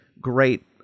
great